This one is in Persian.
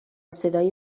صدای